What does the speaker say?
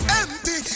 empty